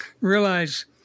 realize